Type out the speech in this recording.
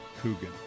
Coogan